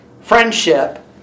friendship